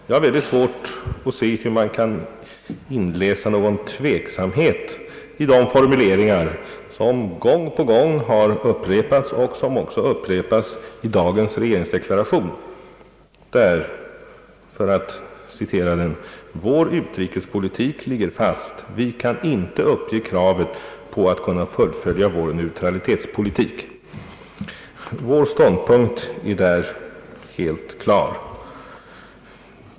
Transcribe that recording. Jag har svårt att förstå hur man kan inläsa någon tveksamhet i de formuleringar som gång på gång upprepats och som även upprepats i dagens regeringsdeklaration, där det heter: »Vår utrikespolitik ligger fast. Vi kan inte uppge kravet på att kunna fullfölja vår neutralitetspolitik.» Vår ståndpunkt är helt klar.